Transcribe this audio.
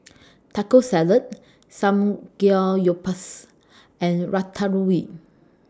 Taco Salad Samgeyopsal and Ratatouille